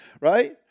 right